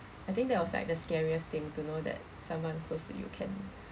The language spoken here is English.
I think that was like the scariest thing to know that someone close to you can